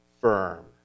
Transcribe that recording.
firm